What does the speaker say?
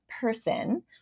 person